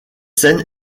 scène